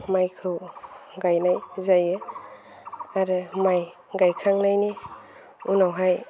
माइखौ गायनाय जायो आरो माइ गायखांनायनि उनावहाय